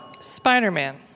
Spider-Man